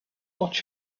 what